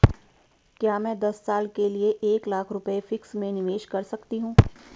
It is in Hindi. क्या मैं दस साल के लिए एक लाख रुपये फिक्स में निवेश कर सकती हूँ?